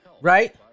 right